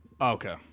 Okay